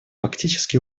фактически